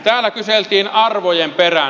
täällä kyseltiin arvojen perään